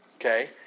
Okay